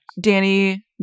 Danny